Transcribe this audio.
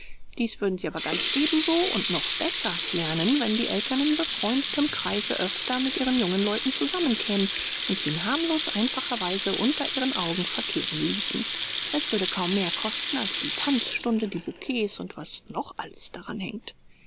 dies würden sie aber ganz ebenso und noch besser lernen wenn die eltern in befreundetem kreise öfter mit ihren jungen leuten zusammenkämen und sie in harmlos einfacher weise unter ihren augen verkehren ließen es würde kaum mehr kosten als die tanzstunde die bouquets und was noch alles daran hängt